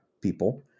people